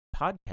podcast